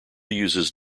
uses